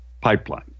pipeline